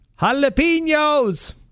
Jalapenos